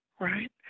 right